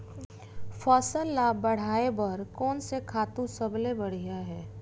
फसल ला बढ़ाए बर कोन से खातु सबले बढ़िया हे?